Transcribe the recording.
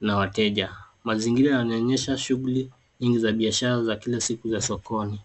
na wateja. Mazingira yanaonyesha shughuli nyingi za biashara za kila siku za sokoni.